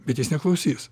bet jis neklausys